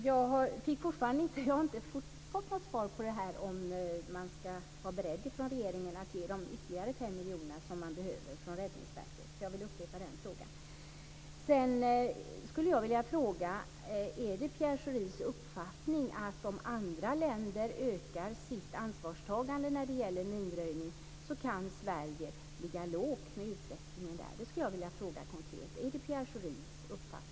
Fru talman! Jag har inte fått något svar på frågan om ifall regeringen är beredd att ge de ytterligare 5 miljoner som Räddningsverket behöver, så jag vill upprepa den frågan. Sedan skulle jag vilja fråga: Är det Pierre Schoris uppfattning att om andra länder ökar sitt ansvarstagande när det gäller minröjning så kan Sverige ligga lågt med utvecklingen? Det skulle jag vilja fråga konkret. Är det Pierre Schoris uppfattning att så kan vara fallet?